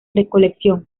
recolección